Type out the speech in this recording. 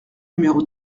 numéro